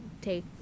take